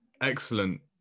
excellent